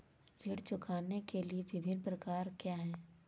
ऋण चुकाने के विभिन्न प्रकार क्या हैं?